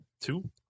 Two